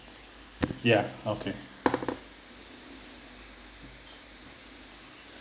ya okay